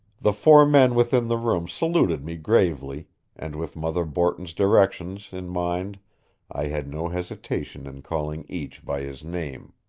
the four men within the room saluted me gravely and with mother borton's directions in mind i had no hesitation in calling each by his name.